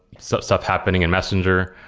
so stuff happening in messenger.